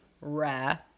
rare